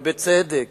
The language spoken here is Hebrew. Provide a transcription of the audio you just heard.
ובצדק,